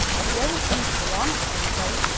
he doesn't seem to belong to anybody,